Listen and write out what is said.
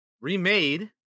remade